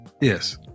yes